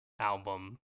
album